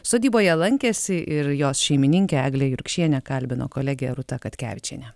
sodyboje lankėsi ir jos šeimininkę eglę jurkšienę kalbino kolegė rūta katkevičienė